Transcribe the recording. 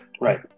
Right